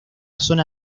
zona